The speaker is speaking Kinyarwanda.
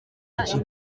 iki